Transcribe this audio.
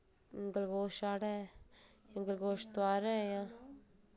glucose चाढ़ै glucose तोआरै जां